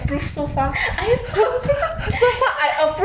I approve